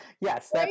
Yes